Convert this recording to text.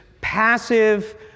passive